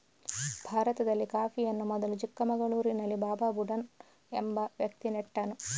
ಭಾರತದಲ್ಲಿ ಕಾಫಿಯನ್ನು ಮೊದಲು ಚಿಕ್ಕಮಗಳೂರಿನಲ್ಲಿ ಬಾಬಾ ಬುಡನ್ ಎಂಬ ವ್ಯಕ್ತಿ ನೆಟ್ಟನು